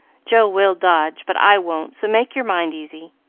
joe will dodge, but i won't, so make your mind easy.